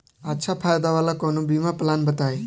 अच्छा फायदा वाला कवनो बीमा पलान बताईं?